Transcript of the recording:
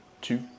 two